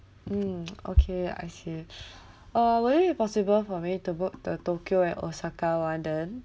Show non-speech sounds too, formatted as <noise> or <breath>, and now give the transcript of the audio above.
um <noise> okay I see <breath> uh will it be possible for me to book the tokyo and osaka [one] then